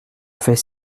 fais